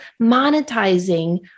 monetizing